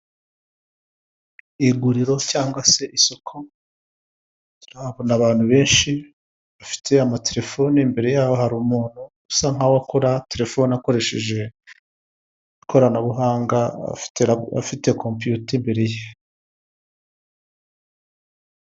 Iguriro cyangwa se isoko turahabona abantu benshi bafite amaterefoni imbere yaho hari umuntu usa nkaho akora terefone akoresheje ikoranabuhanga afite compiyuta imbere ye.